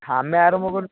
ଆମେ ଆରମ୍ଭ